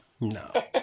No